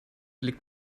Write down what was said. liegt